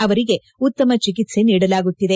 ಅವರಿಗೆ ಉತ್ತಮ ಚಿಕಿತ್ಸೆ ನೀಡಲಾಗುತ್ತಿದೆ